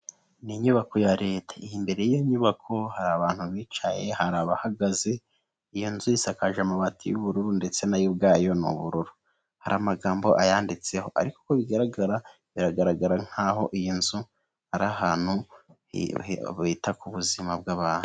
Ni inyubako ya Leta, imbere y'inyubako hari abantu bicaye, hari abahagaze. Iyo nzu isakaje amabati y'ubururu ndetse nayo ubwayo ni ubururu. Hari amagambo ayanditseho ariko uko bigaragara, biragaragara nk'aho iyi nzu ari ahantu bita ku buzima bw'abantu.